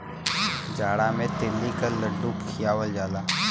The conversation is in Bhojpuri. जाड़ा मे तिल्ली क लड्डू खियावल जाला